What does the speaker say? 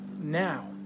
now